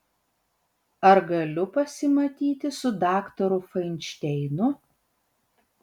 ar galiu pasimatyti su daktaru fainšteinu